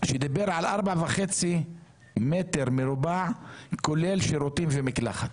שדיבר על 4.5 מטרים מרובעים כולל שירותים ומקלחת,